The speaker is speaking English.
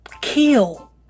kill